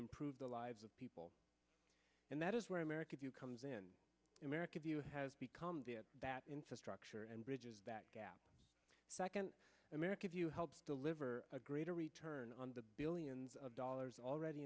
improve the lives of people and that is where america comes in america view has become the infrastructure and bridges that gap second america view helps deliver a greater return on the billions of dollars already